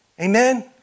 Amen